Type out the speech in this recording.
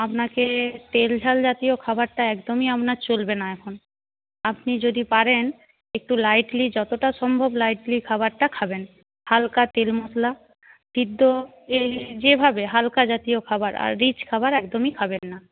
আপনাকে তেল ঝালজাতীয় খাবারটা একদমই আপনার চলবে না এখন আপনি যদি পারেন একটু লাইটলি যতটা সম্ভব লাইটলি খাবারটা খাবেন হালকা তেল মশলা কিন্তু এই যেভাবে হালকা জাতীয় খাবার আর রিচ খাবার একদমই খাবেন না